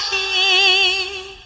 a